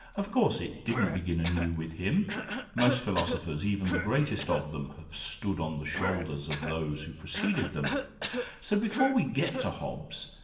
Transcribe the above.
of course, it didn't begin anew with him most philosophers, even the greatest of them, have stood on the shoulders of those who preceded them so before we get to hobbes,